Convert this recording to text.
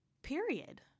period